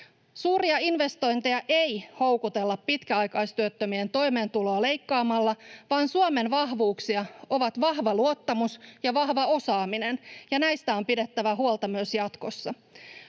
Suuria investointeja ei houkutella pitkäaikaistyöttömien toimeentuloa leikkaamalla, vaan Suomen vahvuuksia ovat vahva luottamus ja vahva osaaminen. Näistä on pidettävä huolta myös jatkossa.